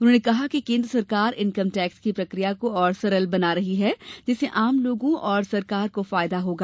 उन्होंने कहा कि केन्द्र सरकार इनकम टैक्स की प्रक्रिया को और सरल बना रही है जिससे आम लोगों तथा सरकार को फायदा होगा